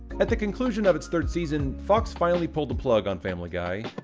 at the conclusion of its third season, fox finally pulled the plug on family guy,